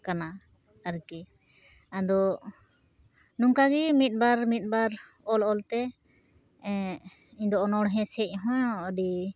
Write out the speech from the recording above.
ᱠᱟᱱᱟ ᱟᱨᱠᱤ ᱟᱫᱚ ᱱᱚᱝᱠᱟᱮ ᱢᱤᱫ ᱵᱟᱨ ᱢᱤᱫ ᱵᱟᱨ ᱚᱞ ᱚᱞ ᱛᱮ ᱤᱧ ᱫᱚ ᱚᱱᱚᱲᱦᱮ ᱥᱮᱫ ᱦᱚᱸ ᱟᱹᱰᱤ